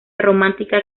romántica